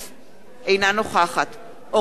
אינה נוכחת אורית זוארץ,